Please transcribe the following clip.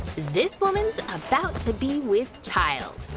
this woman's about to be with child.